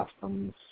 customs